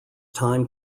time